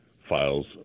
files